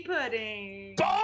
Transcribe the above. Pudding